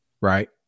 Right